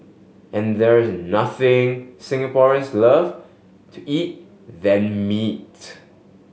and there is nothing Singaporeans love to eat than meat